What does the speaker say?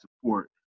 support